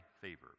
favor